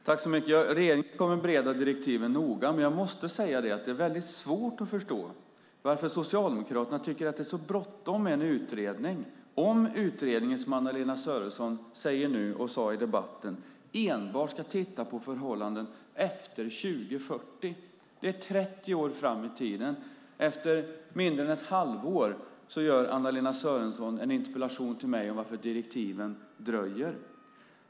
Fru talman! Regeringen kommer att bereda direktiven noga, men jag måste säga att det är väldigt svårt att förstå varför Socialdemokraterna tycker att det är så bråttom med en utredning, om utredningen, som Anna-Lena Sörenson säger nu och sade i debatten, enbart ska titta på förhållanden efter 2040. Det är 30 år fram i tiden. Efter mindre än ett halvår ställer Anna-Lena Sörenson en interpellation till mig om varför direktiven dröjer.